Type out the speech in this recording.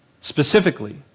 specifically